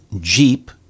Jeep